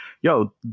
yo